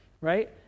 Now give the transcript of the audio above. right